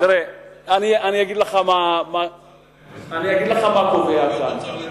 אני אגיד לך מה קובע שם.